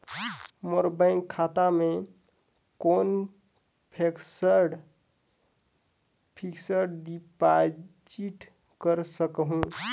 मोर bank खाता मे कौन फिक्स्ड डिपॉजिट कर सकहुं?